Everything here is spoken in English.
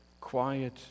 quiet